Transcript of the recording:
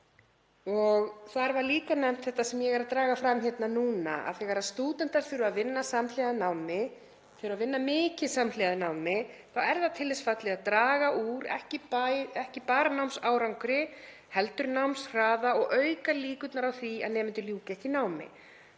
lág. Þar var líka nefnt þetta sem ég er að draga fram hér, að þegar stúdentar þurfa að vinna samhliða námi, og þurfa að vinna mikið samhliða námi, er það til þess fallið að draga úr ekki bara námsárangri heldur námshraða og auka líkurnar á því að nemendur ljúki ekki námi.